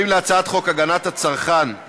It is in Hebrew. הצעת חוק חופשת הסתגלות לעובד המשרת במילואים לא עברה.